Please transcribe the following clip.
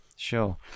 Sure